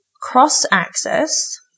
cross-axis